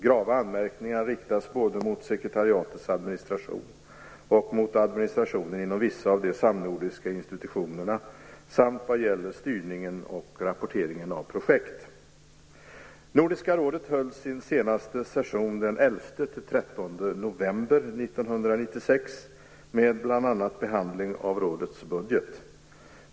Grava anmärkningar riktas både mot sekretariatets administration och mot administrationen inom vissa av de samnordiska institutionerna. Det gäller också styrningen och rapporteringen av projekt. november 1996, med bl.a. behandling av rådets budget.